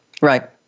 Right